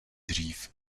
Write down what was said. dřív